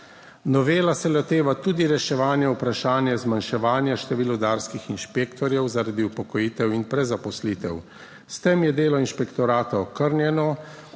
Novela se loteva tudi reševanja vprašanja zmanjševanja števila rudarskih inšpektorjev zaradi upokojitev in prezaposlitev. S tem je delo inšpektorata okrnjeno,